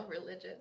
religious